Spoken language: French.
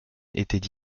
étaient